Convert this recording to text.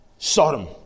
Sodom